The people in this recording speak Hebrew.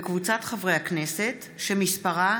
וקבוצת חברי הכנסת, שמספרה